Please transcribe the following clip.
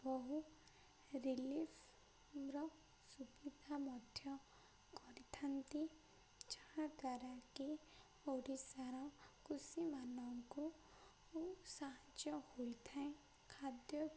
ବହୁ ରିଲିଫ୍ର ସୁବିଧା ମଧ୍ୟ କରିଥାନ୍ତି ଯାହାଦ୍ୱାରା କି ଓଡ଼ିଶାର କୃଷିମାନଙ୍କୁ ସାହାଯ୍ୟ ହୋଇଥାଏ ଖାଦ୍ୟ